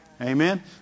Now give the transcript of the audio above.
Amen